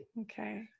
Okay